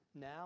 now